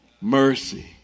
mercy